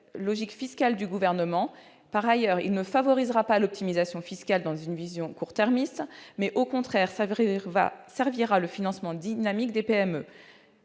logique fiscale du Gouvernement. Par ailleurs, elle ne favorisera pas l'optimisation fiscale dans une vision court-termiste, mais, au contraire, servira le financement dynamique des PME.